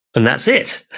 and that's it.